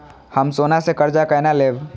हम सोना से कर्जा केना लैब?